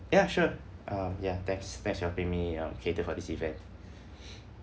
ya sure um ya thanks thanks for helping me um cater for this event